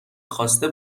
خواسته